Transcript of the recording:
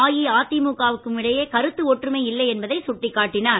அஇஅதிமுகவுக்கும் இடையே கருத்து ஒற்றுமை இல்லை என்பதை சுட்டிக் காட்டினார்